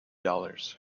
dollars